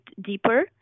deeper